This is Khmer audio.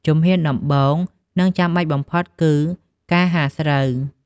ជំហានដំបូង និងចាំបាច់បំផុតគឺ ការហាលស្រូវ។